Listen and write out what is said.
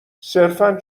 صرفا